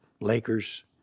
lakers